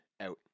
out